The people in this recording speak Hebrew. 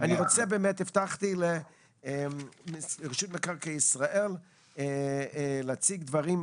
הבטחתי לרשות מקרקעי ישראל להציג דברים.